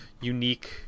unique